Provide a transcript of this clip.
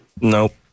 Nope